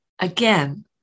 Again